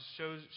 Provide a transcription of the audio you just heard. shows